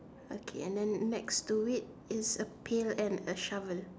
okay and then next to it is a pail and a shovel